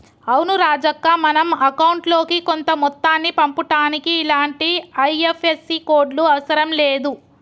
అవును రాజక్క మనం అకౌంట్ లోకి కొంత మొత్తాన్ని పంపుటానికి ఇలాంటి ఐ.ఎఫ్.ఎస్.సి కోడ్లు అవసరం లేదు